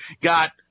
got